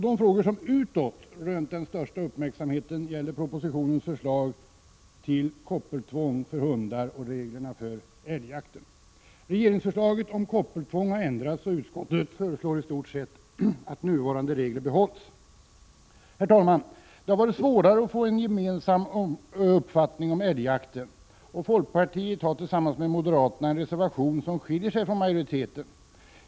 De frågor som utåt rönt den största uppmärksamheten gäller propositionens förslag om koppeltvång för hundar och om reglerna för älgjakten. Regeringsförslaget om koppeltvång har ändrats av utskottet, som i stort sett föreslår att nuvarande regler behålls. Herr talman! Det har varit svårare att komma fram till en gemensam uppfattning om älgjakten. Folkpartiet har tillsammans med moderaterna avgivit en reservation med förslag som skiljer sig från majoritetens.